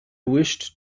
wished